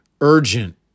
urgent